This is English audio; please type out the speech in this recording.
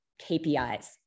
KPIs